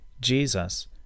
Jesus